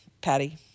Patty